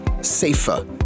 safer